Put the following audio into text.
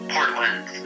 Portland